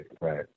right